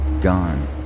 Gone